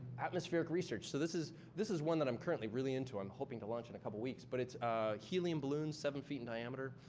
atmospheric research. so this is this is one that i'm currently really into. i'm hoping to launch in a couple of weeks. but it's ah helium balloons seven feet in diameter.